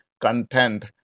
content